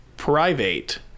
Private